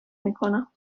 میکنم